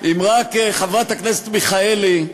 חברת הכנסת מיכאלי,